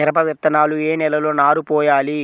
మిరప విత్తనాలు ఏ నెలలో నారు పోయాలి?